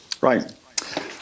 Right